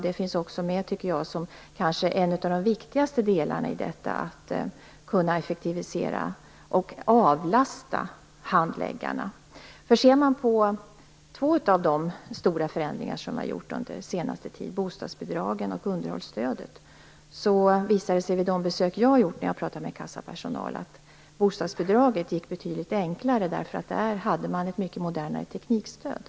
Det finns också med, tycker jag, som en av de kanske viktigaste delarna i detta att kunna effektivisera och att kunna avlasta handläggarna. Två av de stora förändringar som har genomförts under senare tid har gällt bostadsbidraget och underhållsstödet. Vid de besök jag har gjort har det visat sig när jag har talat med kassapersonal att det gick betydligt enklare när det gällde bostadsbidraget. I det fallet hade man nämligen ett mycket modernare teknikstöd.